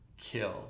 kill